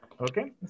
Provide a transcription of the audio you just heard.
Okay